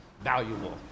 Valuable